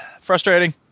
Frustrating